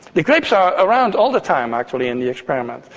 the grapes are around all the time actually in the experiment,